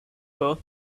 both